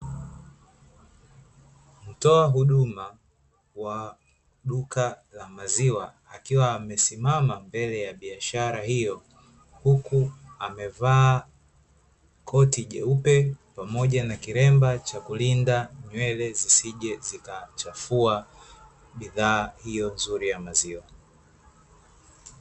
Mtoa huduma wa duka la maziwa, akiwa amesimama mbele ya biashara hiyo, huku amevaa koti jeupe pamoja na kilemba cha kulinda nywele zisije zikachafua bidhaa hiyo nzuri ya maziwa.